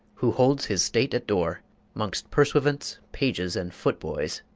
who holds his state at dore mongst purseuants, pages, and foot-boyes